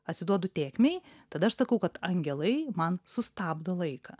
atsiduodu tėkmei tada aš sakau kad angelai man sustabdo laiką